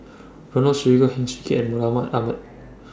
Ronald Susilo Heng Swee Keat and Mohamed Ahmed